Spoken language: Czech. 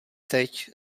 teď